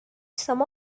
some